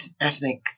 ethnic